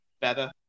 better